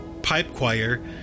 pipechoir